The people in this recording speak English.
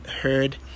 Heard